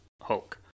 hulk